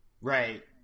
Right